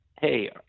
Hey